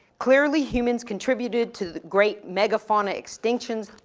clearly humans contributed to the great megafauna extinctions.